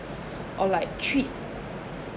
or like treat